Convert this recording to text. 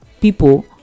people